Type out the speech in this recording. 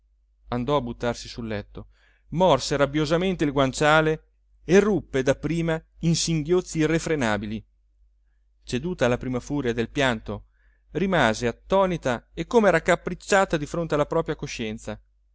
andò a buttarsi sul letto morse rabbiosamente il guanciale e ruppe dapprima in singhiozzi irrefrenabili ceduta la prima furia del pianto rimase attonita e come raccapricciata di fronte alla propria coscienza